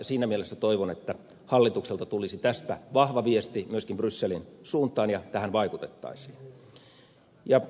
siinä mielessä toivon että hallitukselta tulisi tästä vahva viesti myöskin brysselin suuntaan ja tähän vaikutettaisiin